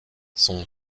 son